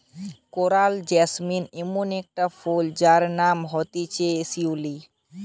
coral jasmine ইমন একটা ফুল যার নাম হতিছে শিউলি